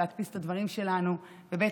להדפיס את הדברים שלנו, וב.